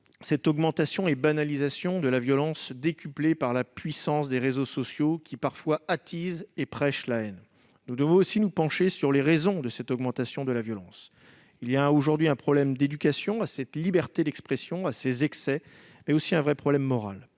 cette augmentation et cette banalisation de la violence, décuplées par la puissance des réseaux sociaux qui, parfois, attisent et prêchent la haine. Nous devons aussi nous pencher sur les raisons de cette augmentation de la violence. Il y a aujourd'hui un problème d'éducation à cette liberté d'expression, à ses excès, mais aussi un vrai problème moral.